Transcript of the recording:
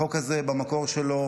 החוק הזה במקור שלו,